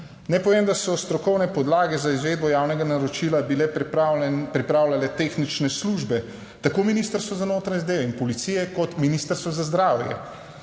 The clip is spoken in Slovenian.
Naj povem, da so strokovne podlage za izvedbo javnega naročila bile pripravljale tehnične službe tako Ministrstva za notranje zadeve in policije, kot Ministrstva za zdravje.